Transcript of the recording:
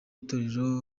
itorero